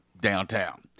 downtown